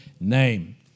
name